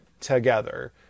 together